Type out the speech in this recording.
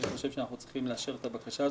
חושב שאנחנו צריכים לאשר את הבקשה הזאת.